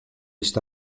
está